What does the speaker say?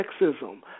sexism